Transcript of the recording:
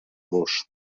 los